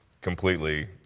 completely